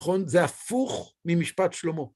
נכון. זה הפוך ממשפט שלמה.